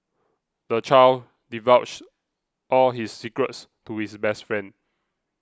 the child divulged all his secrets to his best friend